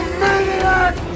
maniac